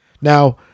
Now